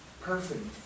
Perfect